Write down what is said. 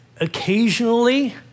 occasionally